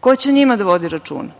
Ko će o njima da vodi računa?